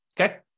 Okay